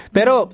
Pero